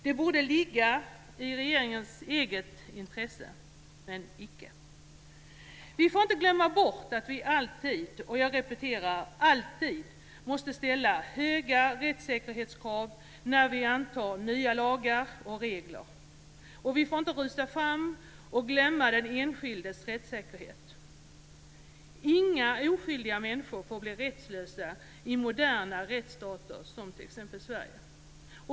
Detta borde ligga i regeringens eget intresse - men icke. Vi får inte glömma bort att vi alltid - jag repeterar: alltid - måste ställa höga rättssäkerhetskrav när vi antar nya lagar och regler. Vi får inte rusa fram och glömma den enskildes rättssäkerhet. Inga oskyldiga människor får bli rättslösa i moderna rättsstater som t.ex. Sverige.